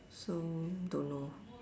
so don't know